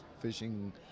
fishing